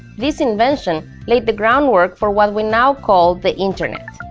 this invention laid the groundwork for what we now call the internet.